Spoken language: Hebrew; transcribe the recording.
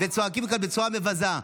וצועקים כאן בצורה מבזה.